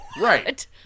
right